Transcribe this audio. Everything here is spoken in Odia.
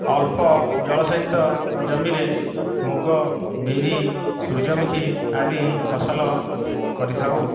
ଅଳ୍ପ ଜଳସେଚିତ ଜମିରେ ମୁଗ ବିରି ସୂର୍ଯ୍ୟମୁଖୀ ଆଦି ଫସଲ କରିଥାଉ